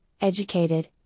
educated